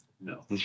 No